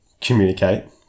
communicate